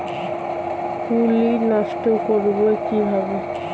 পুত্তলি নষ্ট করব কিভাবে?